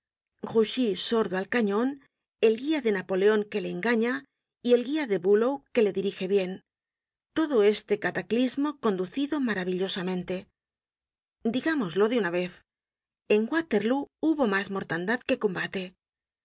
grouchy sordo al cañon el guia de napoleon que le engaña y el guia de bulow que le dirige bien todo este cataclismo fue conducido maravillosamente digámoslo de una vez en waterlóo hubo mas mortandad que combate